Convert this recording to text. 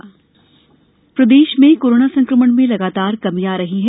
जनआन्दोलन प्रदेश में कोरोना संक्रमण में लगातार कमी आ रही है